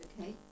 okay